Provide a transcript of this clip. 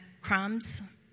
crumbs